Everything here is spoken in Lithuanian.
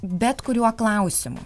bet kuriuo klausimu